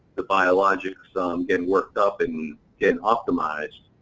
the biologics um getting worked up and getting optimized,